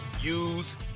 use